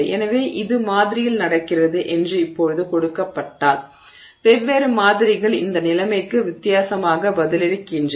எனவே இது மாதிரியில் நடக்கிறது என்று இப்போது கொடுக்கப்பட்டால் வெவ்வேறு மாதிரிகள் இந்த நிலைமைக்கு வித்தியாசமாக பதிலளிக்கின்றன